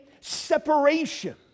separation